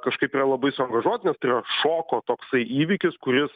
kažkaip yra labai sunagažuota nes tai yra šoko toksai įvykis kuris